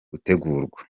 gutegurwa